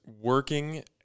working